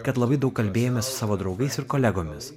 kad labai daug kalbėjomės su savo draugais ir kolegomis